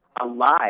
alive